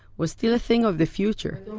was still a thing of the future